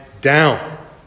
down